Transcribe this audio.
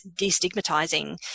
destigmatizing